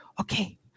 okay